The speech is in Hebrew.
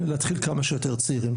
להתחיל כמה שיותר צעירים.